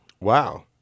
Wow